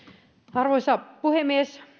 arvoisa puhemies